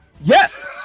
Yes